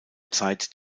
zeit